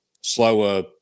slower